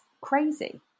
crazy